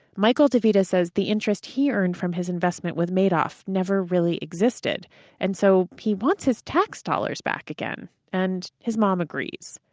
michael de vita says the interest he earned from his investment with madoff never really existed and so he wants his tax dollars back and his mom agrees.